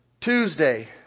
Tuesday